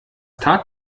tat